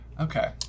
Okay